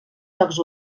jocs